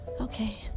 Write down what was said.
Okay